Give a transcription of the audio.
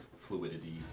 fluidity